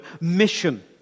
Mission